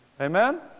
Amen